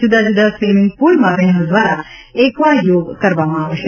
જુદા જુદા સ્વિમિંગપુલમાં બહેનો દ્વારા એક્વા યોગ કરવામાં આવશે